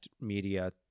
media